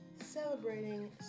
Celebrating